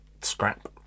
scrap